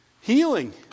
Healing